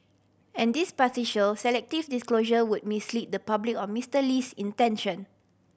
and this partial selective disclosure would mislead the public or Mister Lee's intention